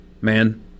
man